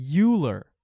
Euler